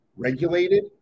regulated